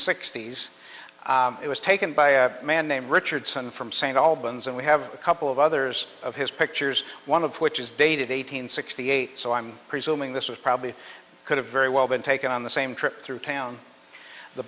s it was taken by a man named richardson from st albans and we have a couple of others of his pictures one of which is dated eight hundred sixty eight so i'm presuming this was probably could have very well been taken on the same trip through town the